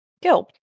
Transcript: Guilt